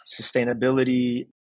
sustainability